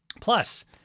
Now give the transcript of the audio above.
Plus